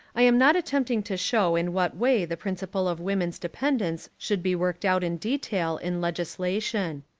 i am not attempting to show in what way the principle of woman's dependence should be worked out in detail in legislation.